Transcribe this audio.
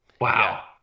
Wow